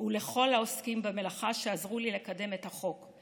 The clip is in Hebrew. ולכל העוסקים במלאכה שעזרו לי לקדם את החוק.